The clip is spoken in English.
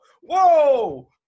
Whoa